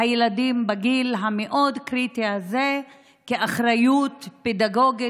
הילדים בגיל המאוד-קריטי הזה כאחריות פדגוגית,